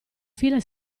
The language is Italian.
fila